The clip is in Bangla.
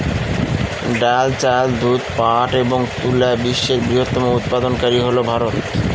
ডাল, চাল, দুধ, পাট এবং তুলা বিশ্বের বৃহত্তম উৎপাদনকারী হল ভারত